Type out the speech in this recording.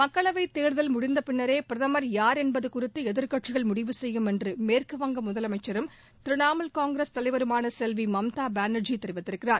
மக்களவைத் தேர்தல் முடிந்தபின்னரே பிரதமர் யார் என்பது குறித்து எதிர்க்கட்சிகள் முடிவு செய்யும் என்று மேற்குவங்க முதலமைச்சரும் திரிணமுல் காங்கிரஸ் தலைவருமான செல்வி மம்தா பானர்ஜி கூறியிருக்கிறார்